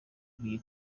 ibuye